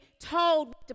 told